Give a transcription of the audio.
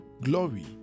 glory